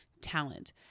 talent